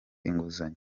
inguzanyo